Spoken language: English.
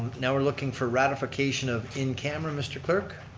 now we're looking for ratification of in camera, mr. clerk.